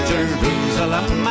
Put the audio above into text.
Jerusalem